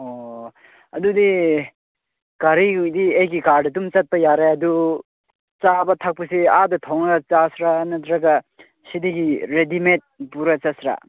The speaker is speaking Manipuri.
ꯑꯣ ꯑꯗꯨꯗꯤ ꯒꯥꯔꯤꯗꯤ ꯑꯩꯒꯤ ꯀꯥꯔꯗ ꯑꯗꯨꯝ ꯆꯠꯄ ꯌꯥꯔꯦ ꯑꯗꯨ ꯆꯥꯕ ꯊꯛꯄꯁꯦ ꯑꯥꯗ ꯊꯣꯡꯂꯒ ꯆꯥꯁꯤꯔꯥ ꯅꯠꯇ꯭ꯔꯒ ꯁꯤꯗꯒꯤ ꯔꯦꯗꯤ ꯃꯦꯗ ꯄꯨꯔꯥ ꯆꯠꯁꯤꯔꯥ